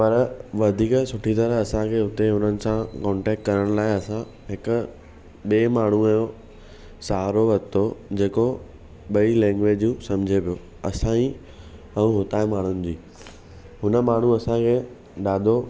पर वधीक सुठी तरह असांखे उते हुननि सां कान्टैक्ट करण लाइ असां हिक ॿिए माण्हूअ जो सहारो वरितो जेको ॿई लैंगग्विजूं समझे पियो असांजी ऐं हुतां जे माण्हुनि जी हुन माण्हू असांखे ॾाढो